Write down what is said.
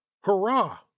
Hurrah